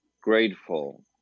grateful